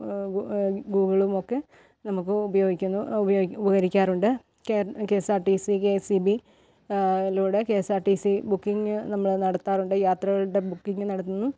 ഗു ഗൂഗിളും ഒക്കെ നമുക്ക് ഉപയോഗിക്കുന്നു ഉപയോ ഉപകരിക്കാറുണ്ട് K K S R T C K S E B ലൂടെ K S R T C നമ്മൾ ബുക്കിംഗ് നടത്താറുണ്ട് യാത്രകളുടെ ബുക്കിംഗ് നടത്തുന്നു